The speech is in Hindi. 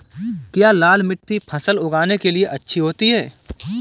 क्या लाल मिट्टी फसल उगाने के लिए अच्छी होती है?